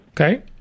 Okay